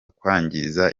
kwangiza